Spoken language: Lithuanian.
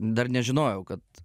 dar nežinojau kad